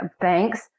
thanks